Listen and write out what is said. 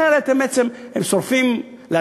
אחרת, הם בעצם שורפים לעצמם